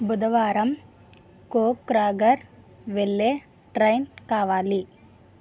బుధవారం కోక్రా ఝార్ వెళ్ళే ట్రైన్ కావాలి